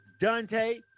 Dante